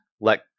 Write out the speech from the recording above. let